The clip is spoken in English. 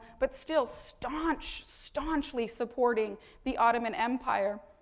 but still, staunch, staunchly supporting the ottoman empire.